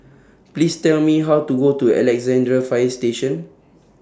Please Tell Me How to get to Alexandra Fire Station